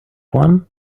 one